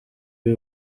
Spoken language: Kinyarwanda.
b’i